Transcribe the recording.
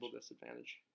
disadvantage